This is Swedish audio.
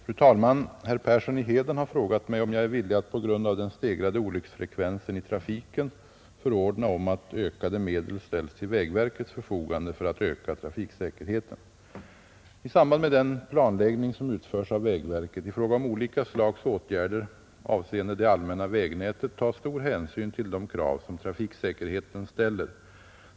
Fru talman! Herr Persson i Heden har frågat mig, om jag är villig att på grund av den stegrade olycksfrekvensen i trafiken förordna om att ökade medel ställs till vägverkets förfogande för att öka trafiksäkerheten. I samband med den planläggning som utförs av vägverket i fråga om olika slags åtgärder avseende det allmänna vägnätet tas stor hänsyn till de krav som trafiksäkerheten ställer.